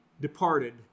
departed